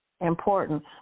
important